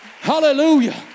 hallelujah